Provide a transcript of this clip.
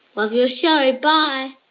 love your show, bye